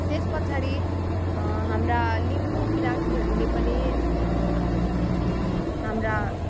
त्यस पछाडि हाम्रा लिम्बू किराँतीहरूले पनि हाम्रा